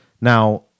now